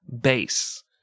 base